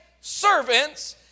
servants